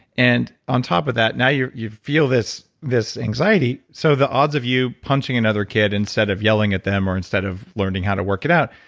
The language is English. and on top of that, now you you feel this this anxiety, so the odds of you punching another kid instead of yelling at them or instead of learning how to work it out,